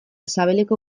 sabeleko